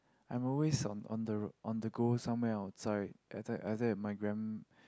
I'm always on on the on the go somewhere outside either either at my gram